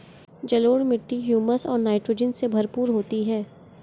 जलोढ़ मिट्टी हृयूमस और नाइट्रोजन से भरपूर होती है